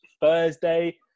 Thursday